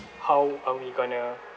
how are we gonna